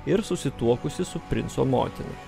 ir susituokusį su princo motina